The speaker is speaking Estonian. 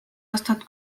aastat